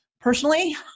personally